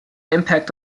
impact